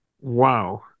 Wow